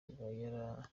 iba